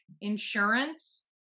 insurance